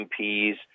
MPs